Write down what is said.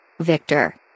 Victor